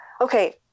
okay